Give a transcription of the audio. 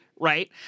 Right